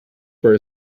were